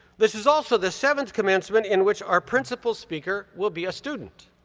this is also the seventh commencement in which our principal speaker will be a student,